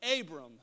Abram